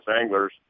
anglers